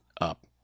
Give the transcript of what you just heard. up